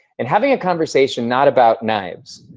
and having a conversation not about knives,